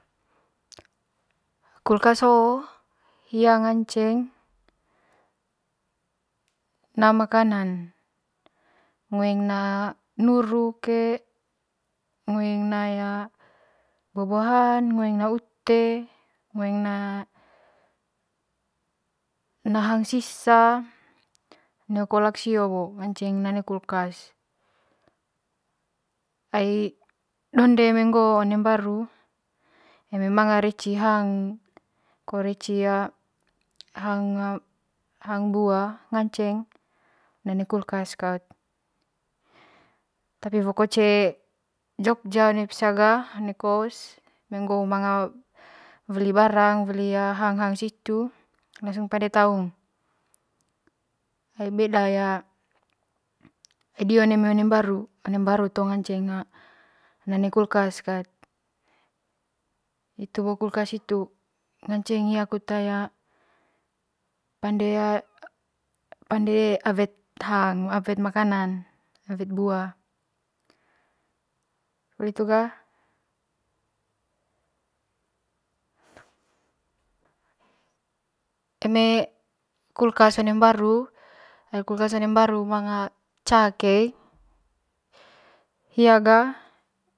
Kolkas hoo hia ngaceng na'a makanan ngoeng na nuru kek, ngoeng na buah buahan ngoeng na ute ngoeng na na hang sisa neho kolak sio bo nganceng na one kulkas ai donde eme ngoo one mbaru ai donde one mbaru eme mnaga reci hang ko ma reci hang hang bua ngaceng na one kulkas kaut tapi woko cee jogja one pisa ga kos eme ngoo manga weli barang weli hang hang situ lansung pande taung ai beda ya ai dion eme one mbaru ai one mbaru ngaceng na one kulkas kat hitu bo kulkas hitu ngance hia kut ya pande ya pande awet hang pande awet makanan buah poli hitu ga eme kulkas one mbaru ai kulkas one mbaru manga ca koey, hia ga.